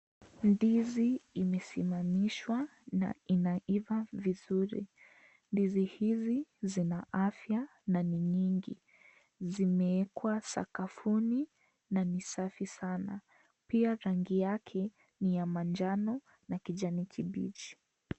Ndizi imesimamishwa na inaiva vizuri. Ndizi hizi zina afya na ni nyingi. Zimewekwa sakafuni na ni safi sana. Pia rangi yake ni ya manjano na kijani kibichi.